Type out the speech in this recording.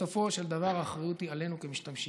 בסופו של דבר האחריות היא עלינו כמשתמשים,